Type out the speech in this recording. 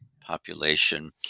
population